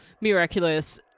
miraculous